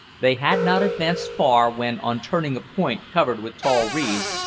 they had not advanced far, when, on turning a point covered with tall reeds,